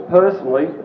personally